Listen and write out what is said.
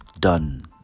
done